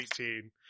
eighteen